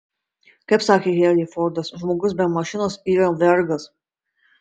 kaip sakė henry fordas žmogus be mašinos yra vergas